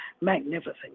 magnificent